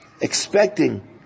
expecting